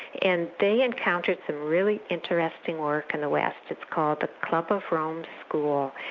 and they encountered some really interesting work in the west, it's called the club of rome school,